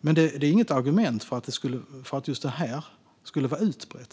Men det är inget argument för att just svenskfientlighet skulle vara utbrett.